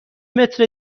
متر